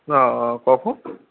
অঁ অঁ কওকচোন